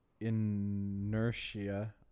inertia